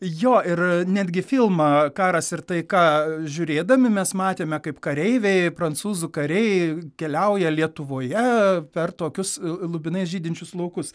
jo ir netgi filmą karas ir taika žiūrėdami mes matėme kaip kareiviai prancūzų kariai keliauja lietuvoje per tokius lubinais žydinčius laukus